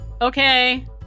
Okay